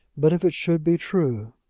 but if it should be true!